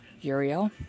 Uriel